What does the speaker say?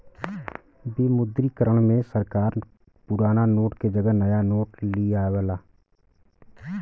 विमुद्रीकरण में सरकार पुराना नोट के जगह नया नोट लियावला